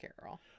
Carol